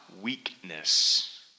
weakness